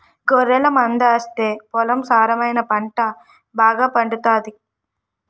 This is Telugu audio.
గొర్రెల మందాస్తే పొలం సారమై పంట బాగాపండుతాది